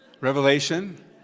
Revelation